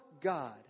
God